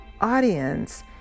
audience